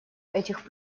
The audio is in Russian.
этих